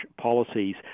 policies